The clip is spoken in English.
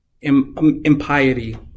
impiety